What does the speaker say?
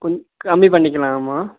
கொஞ்ச கம்மி பண்ணிக்கலாமா